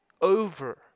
over